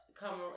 come